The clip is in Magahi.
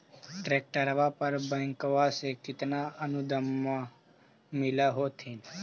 ट्रैक्टरबा पर बैंकबा से कितना अनुदन्मा मिल होत्थिन?